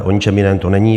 O ničem jiném to není.